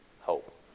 hope